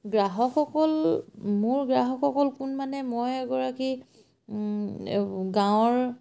গ্ৰাহকসকল মোৰ গ্ৰাহকসকল কোন মানে মই এগৰাকী গাঁৱৰ